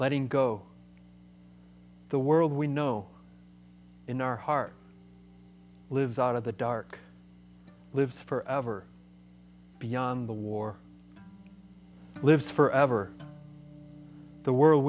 letting go the world we know in our heart lives out of the dark lives forever beyond the war lives forever the world